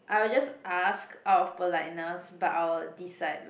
I'll just ask out of politeness but I'll decide